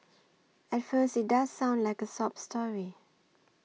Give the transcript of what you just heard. at first it does sound like a sob story